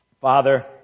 Father